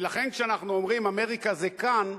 ולכן, כשאנחנו אומרים "אמריקה זה כאן",